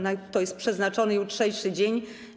Na to jest przeznaczony jutrzejszy dzień.